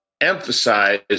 emphasize